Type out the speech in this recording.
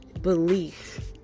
belief